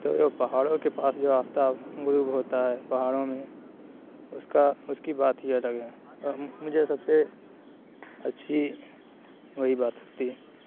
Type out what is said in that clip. تو یہ پہاڑوں کے پاس جو آفتاب غروب ہوتا ہے پہاڑوں میں اُس کا اُس کی بات ہی الگ ہے مجھے سب سے اچھی وہی بات لگتی ہے